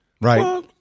right